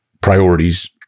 priorities